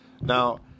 Now